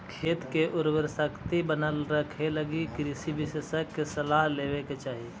खेत के उर्वराशक्ति बनल रखेलगी कृषि विशेषज्ञ के सलाह लेवे के चाही